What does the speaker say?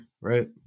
right